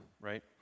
right